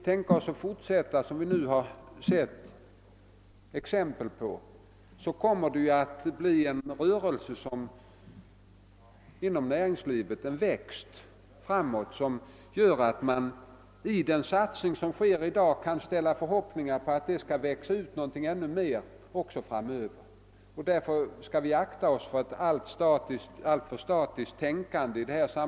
Kan vi fortsätta på det sätt som det nu finns exempel på, blir det ju en utveckling inom näringslivet som gör att den satsning som sker i dag ger anledning till förhoppningar om något mer framöver. Därför skall vi akta oss för ett alltför statiskt tänkande i detta sammanhang.